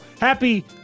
Happy